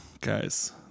guys